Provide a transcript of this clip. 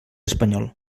espanyol